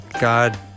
God